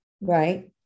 right